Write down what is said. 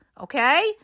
Okay